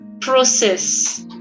process